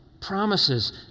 promises